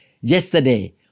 yesterday